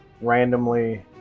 randomly